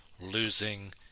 losing